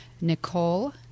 Nicole